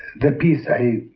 the piece i